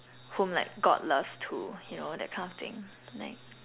whom like God loves too you know that kind of thing like